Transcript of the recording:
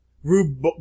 Rube